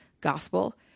gospel